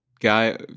guy